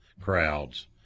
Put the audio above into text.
crowds